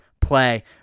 play